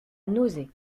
nausée